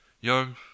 young